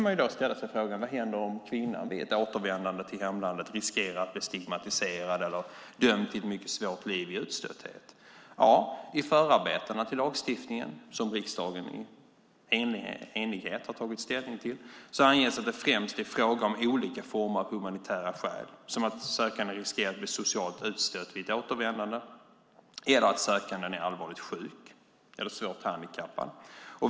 Man kan ställa sig frågan om kvinnan vid ett återvändande till hemlandet riskerar att bli stigmatiserad och dömds till ett mycket svårt liv i utstötthet. I förarbetena till lagstiftningen, som riksdagen i enighet har tagit ställning till, anges att det främst är fråga om olika former av humanitära skäl som att sökanden riskerar att bli socialt utstött vid ett återvändande eller att sökanden är allvarligt sjuk eller handikappad.